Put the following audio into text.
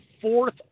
fourth